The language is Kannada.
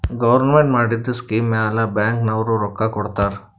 ಗೌರ್ಮೆಂಟ್ ಮಾಡಿದು ಸ್ಕೀಮ್ ಮ್ಯಾಲ ಬ್ಯಾಂಕ್ ನವ್ರು ರೊಕ್ಕಾ ಕೊಡ್ತಾರ್